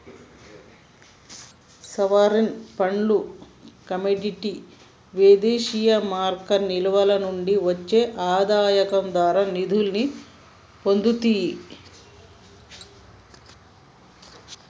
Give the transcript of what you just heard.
sovereign ఫండ్లు commodity విదేశీమారక నిల్వల నుండి వచ్చే ఆదాయాల ద్వారా నిధుల్ని పొందుతియ్యి